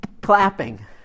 clapping